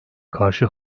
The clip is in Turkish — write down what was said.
karşı